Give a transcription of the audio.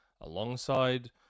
alongside